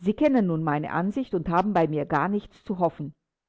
sie kennen nun meine ansicht und haben bei mir gar nichts zu hoffen